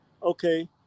okay